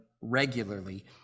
regularly